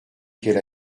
qu’elle